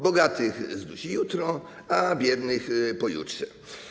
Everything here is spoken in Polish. Bogatych zdusi jutro, a biednych pojutrze.